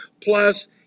plus